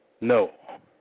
No